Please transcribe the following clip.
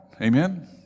Amen